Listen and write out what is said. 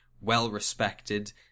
well-respected